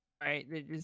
Right